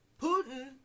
Putin